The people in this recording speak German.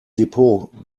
depot